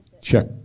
check